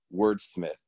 wordsmith